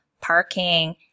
parking